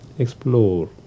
explore